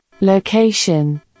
Location